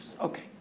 Okay